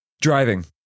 Driving